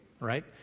right